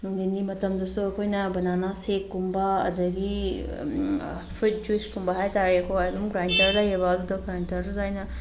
ꯅꯨꯡꯊꯤꯜꯒꯤ ꯃꯇꯝꯗꯁꯨ ꯑꯩꯈꯣꯏꯅ ꯕꯅꯥꯅꯥ ꯁꯦꯛꯀꯨꯝꯕ ꯑꯗꯒꯤ ꯐ꯭ꯔꯨꯏꯠ ꯖꯨꯏꯁꯀꯨꯝꯕ ꯍꯥꯏꯇꯥꯔꯦꯀꯣ ꯑꯗꯨꯝ ꯒ꯭ꯔꯥꯏꯟꯗꯔ ꯂꯩꯌꯦꯕ ꯑꯗꯨ ꯒ꯭ꯔꯥꯏꯟꯗꯔꯗꯨꯗ ꯑꯩꯅ